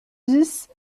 dix